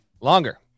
Longer